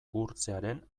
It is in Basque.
gurtzearen